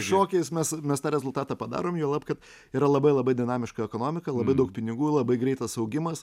šokiais mes mes tą rezultatą padarom juolab kad yra labai labai dinamiška ekonomika labai daug pinigų labai greitas augimas